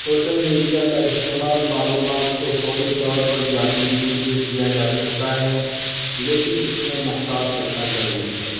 social media کا استعمال معلومات کو فوری طور پر جانچنے کے لیے کیا جا سکتا ہے لیکن اس میں محتاط رہنا ضروری ہے